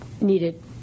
needed